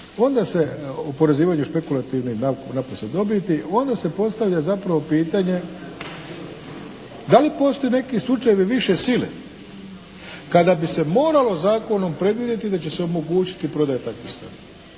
onda se oporezivanje špekulativne i naprosto dobiti onda se postavlja zapravo pitanje da li postoje neki slučajevi više sile kada bi se moralo zakonom predvidjeti da će se omogućiti prodaja takvih stanova.